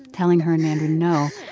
telling her in mandarin, no,